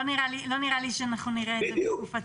לא נראה לי שנראה את זה בתקופתנו,